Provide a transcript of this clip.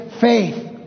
faith